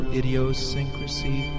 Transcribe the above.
idiosyncrasy